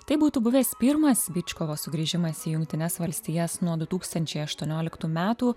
tai būtų buvęs pirmas byčkovo sugrįžimas į jungtines valstijas nuo du tūkstančiai aštuonioliktų metų